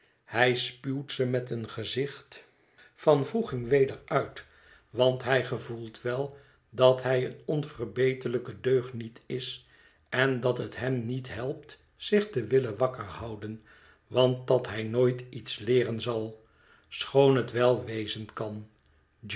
hij spuwt ze met een gezicht van wroeging weder uit want hij gevoelt wel dat hij een onverbeterlijke deugniet is en dat het hem niet helpt zich te willen wakker houden want dat hij nooit iets leeren zal schoon het wel wezen kan